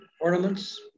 Ornaments